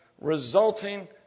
resulting